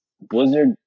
Blizzard